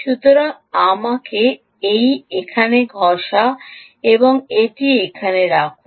সুতরাং আমাকে এই এখানে ঘষা এবং এটি এখানে রাখুন